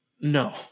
No